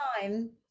time